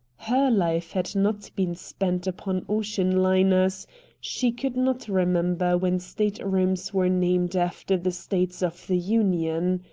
her life had not been spent upon ocean liners she could not remember when state-rooms were named after the states of the union.